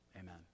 amen